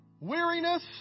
weariness